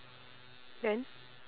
then